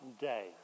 day